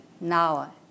now